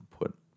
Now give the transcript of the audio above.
put